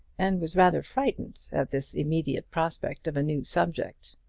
and was rather frightened at this immediate prospect of a new subject.